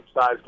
size